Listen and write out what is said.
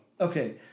Okay